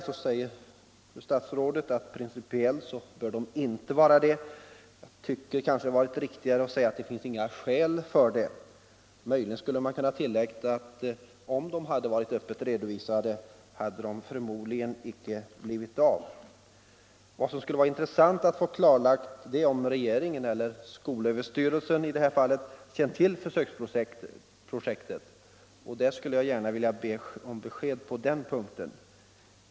Som svar säger fru statsrådet att de principiellt inte bör vara det. Jag tycker att det hade varit riktigare att säga att det inte finns några skäl för att hålla dem hemliga. Möjligen skulle man kunna tillägga att om dessa försök öppet redovisats hade de förmodligen inte blivit av. Det skulle vara intressant att få klarlagt om regeringen eller skolöverstyrelsen känt till försöksprojektet. Jag skulle gärna vilja ha ett besked på den punkten.